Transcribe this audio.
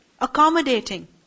accommodating